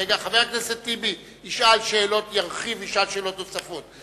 חבר הכנסת טיבי ירחיב וישאל שאלות נוספות.